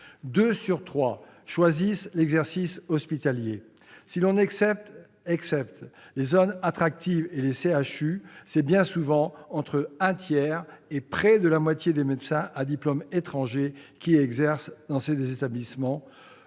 sur trois choisissent l'exercice hospitalier. Si l'on excepte les zones attractives et les CHU, c'est bien souvent entre un tiers et près de la moitié de médecins à diplôme étranger qui exercent dans ces établissements,